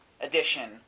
edition